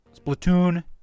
Splatoon